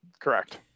correct